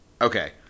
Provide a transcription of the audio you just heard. Okay